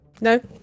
No